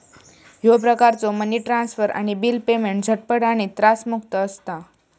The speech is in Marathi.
ह्यो प्रकारचो मनी ट्रान्सफर आणि बिल पेमेंट झटपट आणि त्रासमुक्त असता